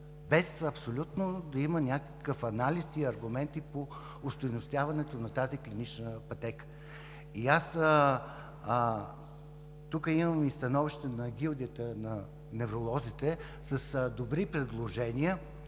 без абсолютно да има някакъв анализ и аргумент по остойностяването на тази клинична пътека. Тук имам и становището на гилдията на невролозите с добри предложения.